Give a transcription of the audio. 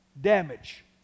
damage